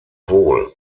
wohl